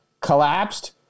collapsed